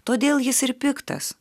todėl jis ir piktas